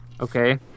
Okay